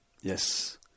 Yes